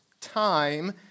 time